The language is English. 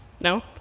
No